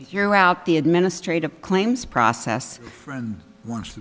you're out the administrative claims process from